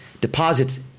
deposits